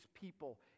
people